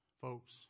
Folks